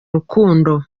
rukundo